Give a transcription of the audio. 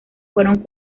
fueron